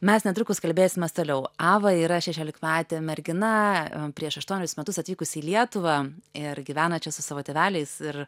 mes netrukus kalbėsimės toliau ava yra šešiolikmetė mergina prieš aštuonerius metus atvykusi į lietuvą ir gyvena čia su savo tėveliais ir